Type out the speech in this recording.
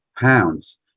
pounds